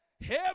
Heaven